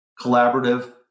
collaborative